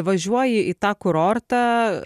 važiuoji į tą kurortą